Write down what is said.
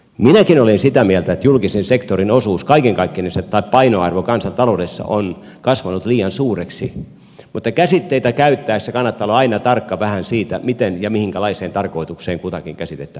minäkin olen sitä mieltä että julkisen sektorin osuus kaiken kaikkinensa painoarvo kansantaloudessa on kasvanut liian suureksi mutta käsitteitä käyttäessä kannattaa olla aina tarkka vähän siitä miten ja minkälaiseen tarkoitukseen kutakin käsitettä milloinkin käytetään